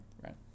right